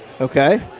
Okay